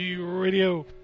Radio